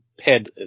head